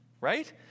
right